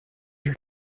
your